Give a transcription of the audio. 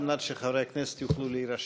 מאת חבר הכנסת מיקי לוי,